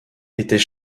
était